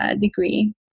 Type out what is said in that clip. degree